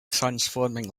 transforming